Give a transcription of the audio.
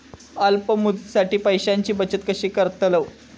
अल्प मुदतीसाठी पैशांची बचत कशी करतलव?